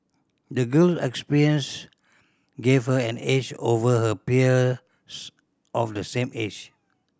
the girl experience gave her an edge over her peers of the same age